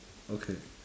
okay